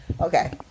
Okay